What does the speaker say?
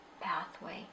pathway